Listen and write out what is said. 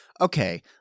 okay